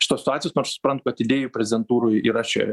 šitos situacijos nors suprantu kad idėjų prezentūroj yra šia